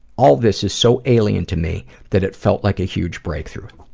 all this is so alien to me that it felt like a huge break through.